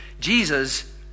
Jesus